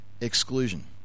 Exclusion